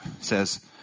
says